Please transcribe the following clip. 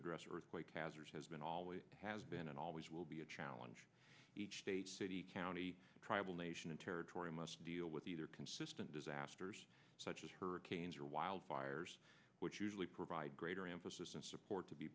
address earthquake hazards has been always has been and always will be a challenge each state city county tribal nation and territory must deal with either consistent disasters such as hurricanes or wildfires which usually provide greater emphasis and support to be